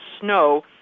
snow